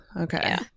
okay